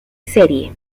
serie